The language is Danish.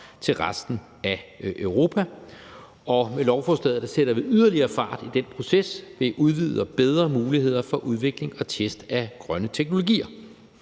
til resten af Europa. Med lovforslaget sætter vi yderligere fart i den proces ved at udvide og bedre mulighederne for udvikling og test af grønne teknologier.